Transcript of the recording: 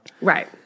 Right